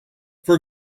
for